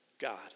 God